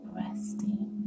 resting